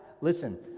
Listen